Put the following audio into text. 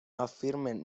afirmen